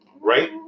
right